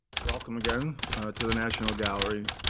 welcome again to the national gallery.